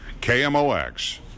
KMOX